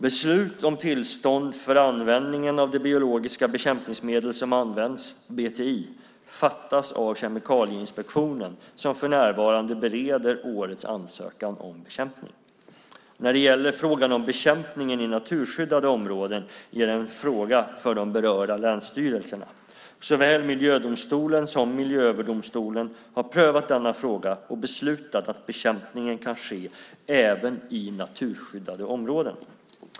Beslut om tillstånd för användningen av det biologiska bekämpningsmedel som används, BTI, fattas av Kemikalieinspektionen som för närvarande bereder årets ansökan om bekämpning. När det gäller frågan om bekämpningen i naturskyddade områden är det en fråga för de berörda länsstyrelserna. Såväl miljödomstolen som Miljööverdomstolen har prövat denna fråga och beslutat att bekämpning kan ske även i naturskyddade områden.